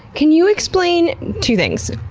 can you explain two things?